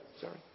Sorry